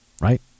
Right